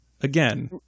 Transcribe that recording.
Again